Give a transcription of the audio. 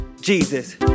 Jesus